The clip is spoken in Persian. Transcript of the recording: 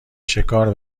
شکار